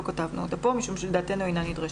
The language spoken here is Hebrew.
לא כתבנו אותה כאן משום שלדעתנו היא אינה נדרשת.